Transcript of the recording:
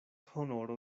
honoro